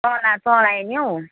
चला चलाएँ नि हो